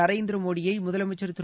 நரேந்திர மோடியை முதலமைச்சர் திரு